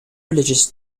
religious